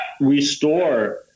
restore